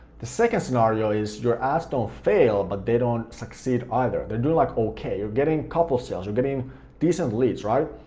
the second scenario is your ads don't fail, but they don't succeed either. they're doing like okay, you're getting a couple of sales, you're getting decent leads, right?